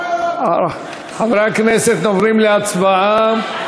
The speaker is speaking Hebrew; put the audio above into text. חברי הכנסת, עוברים להצבעה.